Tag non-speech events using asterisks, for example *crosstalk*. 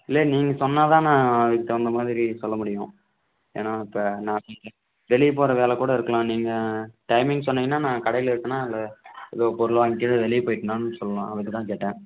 இல்லை நீங்கள் சொன்னால் தான் நான் அதுக்கு தகுந்தமாதிரி சொல்ல முடியும் ஏன்னா இப்போ நான் *unintelligible* வெளியே போகிற வேலை கூட இருக்கலாம் நீங்கள் டைமிங் சொன்னிங்கன்னா நான் கடையில் இருக்கேனா இல்லை ஏதோ பொருள் வாங்கிட்டு வெளியே போய்ட்டேனானு சொல்லலாம் அதுக்கு தான் கேட்டேன்